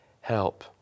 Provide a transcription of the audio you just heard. help